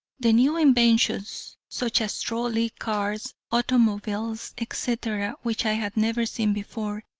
the new inventions, such as trolley cars, automobiles etc, which i had never seen before,